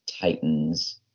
Titans